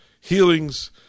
healings